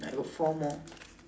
I've got four more